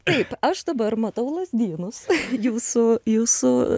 taip aš dabar matau lazdynus jūsų jūsų